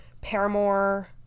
Paramore